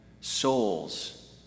Souls